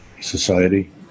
society